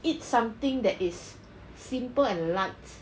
eat something that is simple and light